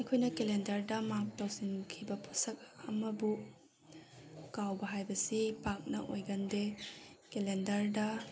ꯑꯩꯈꯣꯏꯅ ꯀꯦꯂꯦꯟꯗꯔꯗ ꯃꯥꯛ ꯇꯧꯁꯤꯟꯈꯤꯕ ꯄꯣꯠꯁꯛ ꯑꯃꯕꯨ ꯀꯥꯎꯕ ꯍꯥꯏꯕꯁꯤ ꯄꯥꯛꯅ ꯑꯣꯏꯒꯟꯗꯦ ꯀꯦꯂꯦꯟꯗꯔꯗ